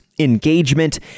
engagement